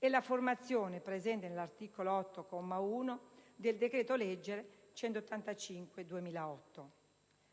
e la formazione, presente nell'articolo 18, comma 1, lettera *a)*,del